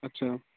अच्छा